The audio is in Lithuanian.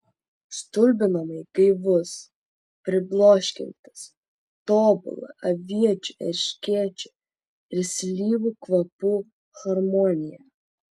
stulbinamai gaivus pribloškiantis tobula aviečių erškėčių ir slyvų kvapų harmonija